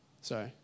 Sorry